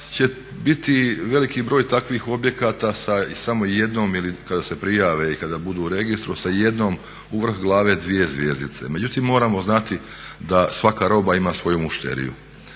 će biti veliki broj takvih objekata sa samo jednom, kada se prijave i kada budu u registru, sa jednom u vrh glave dvije zvjezdice. Međutim, moramo znati da svaka roba ima svoju mušteriju.